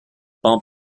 bump